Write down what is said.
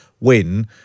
win